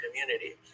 community